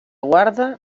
guarda